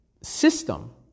system